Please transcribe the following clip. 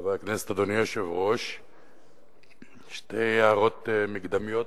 חברי הכנסת, שתי הערות מקדמיות,